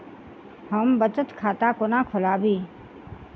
हम बचत खाता कोना खोलाबी?